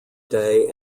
day